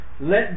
Let